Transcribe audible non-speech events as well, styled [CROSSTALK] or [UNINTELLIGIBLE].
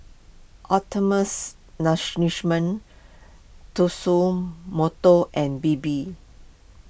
Optimums [UNINTELLIGIBLE] Tatsumoto and Bebe